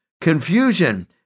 confusion